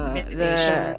meditation